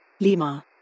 Lima